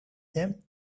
them